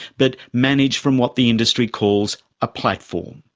but managed from what the industry calls a platform.